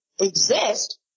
exist